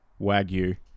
wagyu